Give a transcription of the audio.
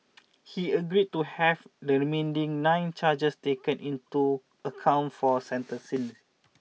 he agreed to have the remaining nine charges taken into account for sentencing